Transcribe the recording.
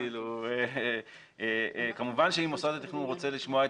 כמובן שאם מוסד התכנון רוצה לשמוע את